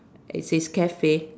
it says Cafe